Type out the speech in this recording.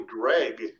Greg